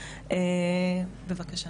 בבקשה.